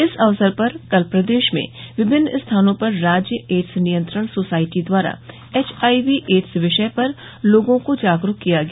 इस अवसर पर कल प्रदेश में विभिन्न स्थानों पर राज्य एड्स नियंत्रण सोसायटी द्वारा एचआईवी एड्स विषय पर लोगों को जागरूक किया गया